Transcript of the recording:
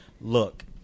look